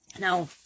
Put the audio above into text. Now